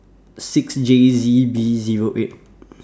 six J Z B Zero eight